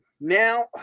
Now